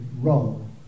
role